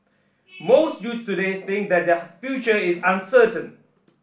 most youths today think that their future is uncertain